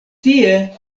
tie